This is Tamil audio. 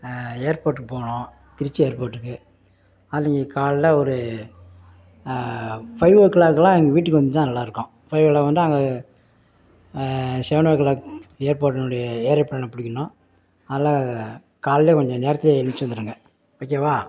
ஏர்போர்டுக்கு போகணும் திருச்சி ஏர்போர்டுக்கு அதி காலை ஒரு ஃபைவ் ஓ கிளாக்குலாம் எங்கள் வீட்டுக்கு வந்துட்டால் நல்லாருக்கும் ஃபைவ் ஓ கிளாக் வந்துட்டு அங்கே செவன் ஓ கிளாக் ஏர்போர்டுனுடைய ஏரோப்பிளேனை பிடிக்கணும் அதனால் காலைலே கொஞ்சம் நேரத்திலே எழுந்திருச்சி வந்துருங்கள் வைக்கவா